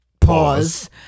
pause